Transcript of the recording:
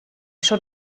schon